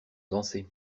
danser